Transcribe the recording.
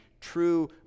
true